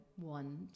one